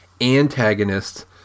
antagonists